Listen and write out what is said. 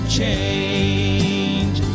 change